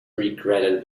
regretted